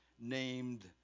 named